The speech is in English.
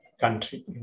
country